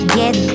get